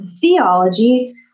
theology